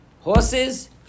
Horses